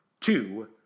two